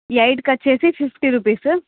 ఎయిట్కి వచ్చేసి fifty rupees